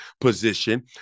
position